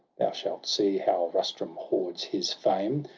thou shalt see how rustum hoards his fame!